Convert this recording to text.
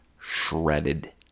shredded